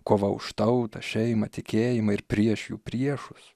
kova už tautą šeimą tikėjimą ir prieš jų priešus